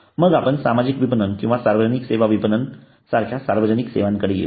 मग आपण सामाजिक विपणन किंवा सार्वजनिक सेवा विपणन सारख्या सार्वजनिक सेवांकडे येवू